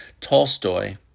Tolstoy